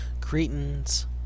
Cretans